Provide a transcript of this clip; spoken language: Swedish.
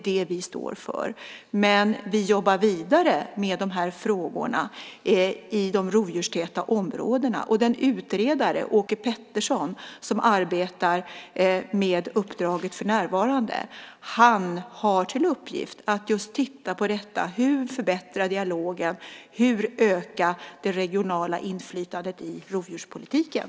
Det står vi för. Vi jobbar vidare med de här frågorna i de rovdjurstäta områdena. Den utredare, Åke Pettersson, som arbetar med uppdraget för närvarande har till uppgift att titta just på hur man kan förbättra dialogen och öka det regionala inflytandet i rovdjurspolitiken.